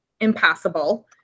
impossible